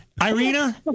Irina